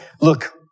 Look